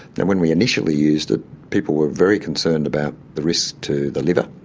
and when we initially used at people were very concerned about the risk to the liver,